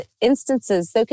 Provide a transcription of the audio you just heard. instances